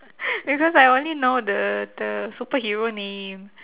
because I only know the the superhero name